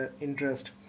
interest